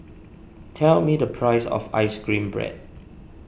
tell me the price of Ice Cream Bread